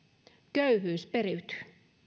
köyhyys periytyy